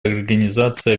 организации